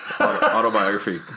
autobiography